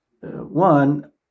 One